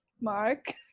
Mark